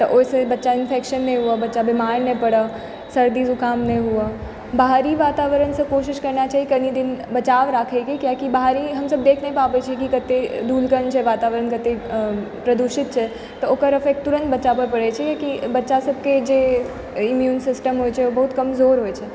ओहिसँ बच्चाके इन्फेक्शन नहि होइ बच्चा बीमार नहि पड़ै सर्दी जुकाम नहि हुवै बाहरी वातावरणसँ कोशिश करना चाही कनि दिन बचाव राखै कए कियाकि बाहरी हमसब देखि नहि पाबै छी की कते धूल कण छै वातावरण कते प्रदूषित छै तऽ ओकर एफेक्ट तुरत बच्चापर पड़ै छै कियाकि बच्चा सबके जे इम्यून सिस्टम होइ छै ओ बहुत कमजोर होइ छै